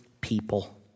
people